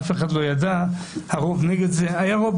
אף אחד לא ידע והיה רוב נגד זה.